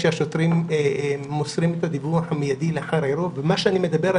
כשהשוטרים מוסרים את הדיווח המיידי לאחר האירוע מה שאני מדבר,